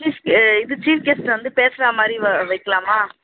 chief இது chief guest வந்து பேசுற மாதிரி வைக்கலாமா